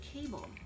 cable